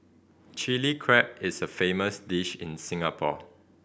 Chilli Crab is a famous dish in Singapore